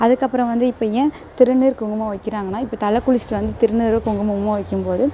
அதுக்கப்புறம் வந்து இப்போ ஏன் திருநீர் குங்குமம் வைக்கிறாங்கனா இப்போ தலை குளிச்சுட்டு வந்து திருநீரோ குங்குமமோ வைக்கும்போது